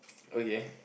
okay